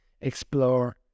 explore